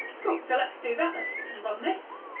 cool, so let's do that, let's run this.